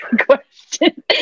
question